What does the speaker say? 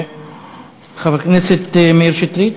חבר הכנסת מאיר שטרית.